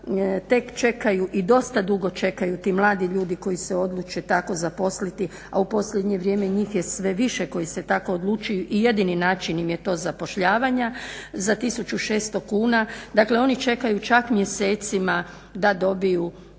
tek čekaju i dosta dugo čekaju ti mladi ljudi koji se odluče tako zaposliti, a u posljednje vrijeme njih je sve više koji se tako odlučuju i jedini način im je to zapošljavanja za 1600 kuna. Dakle, oni čekaju čak mjesecima da dobiju